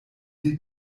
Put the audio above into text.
die